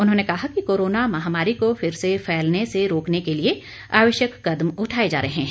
उन्होंने कहा कि कोरोना महामारी को फिर से फैलने से रोकने के लिए आवश्यक कदम उठाए जा रहे हैं